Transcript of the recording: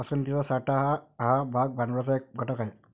पसंतीचा साठा हा भाग भांडवलाचा एक घटक आहे